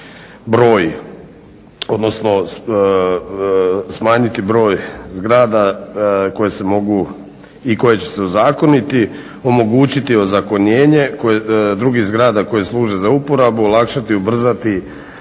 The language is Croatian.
broj odnosno smanjiti broj zgrada koje se mogu i koje će se ozakoniti omogućiti ozakonjenje drugih zgrada koje služe za uporabu olakšati, ubrzati